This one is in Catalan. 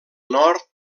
nord